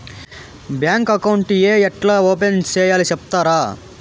Bank account ఏ ఎట్లా open సేయాలి సెప్తారా?